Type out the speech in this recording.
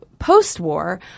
post-war